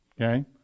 Okay